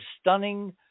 stunning